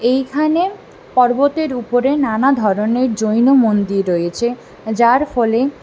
এইখানে পর্বতের উপরে নানা ধরণের জৈন মন্দির রয়েছে যার ফলে